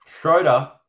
Schroeder